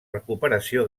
recuperació